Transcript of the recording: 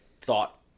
thought